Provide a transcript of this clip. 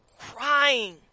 crying